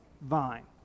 vine